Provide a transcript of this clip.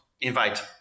invite